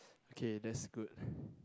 okay that's good